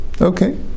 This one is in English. Okay